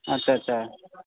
अच्छा अच्छा अच्छा